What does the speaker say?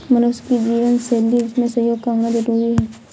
मनुष्य की जीवन शैली में सहयोग का होना जरुरी है